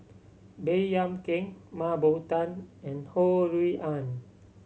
Baey Yam Keng Mah Bow Tan and Ho Rui An